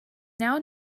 now